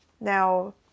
Now